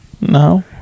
No